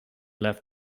left